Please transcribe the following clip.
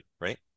right